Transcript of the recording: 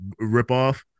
ripoff